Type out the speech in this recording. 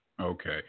okay